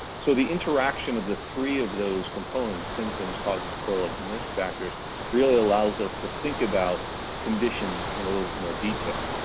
so the interaction of the three of those components, symptoms causes and correlates, and risk factors really allows us to think about conditions in a little bit more detail.